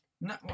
No